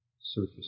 surface